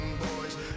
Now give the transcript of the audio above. boys